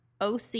OC